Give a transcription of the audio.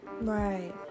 Right